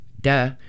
Duh